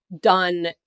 done